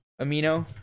amino